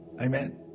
Amen